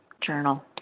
journal